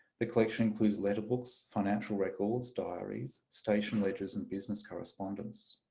the collection includes letterbooks, financial records, diaries, station ledgers and business correspondence.